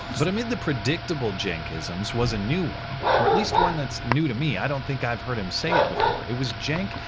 but amid the predicatble yeah cenk-isms was a new one. or at least one that's new to me, i don't think i've heard him say it before. it was cenk,